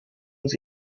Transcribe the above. uns